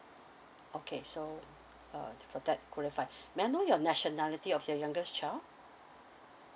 okay so uh for that qualify may I know your nationality of your youngest child